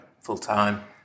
Full-time